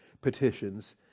petitions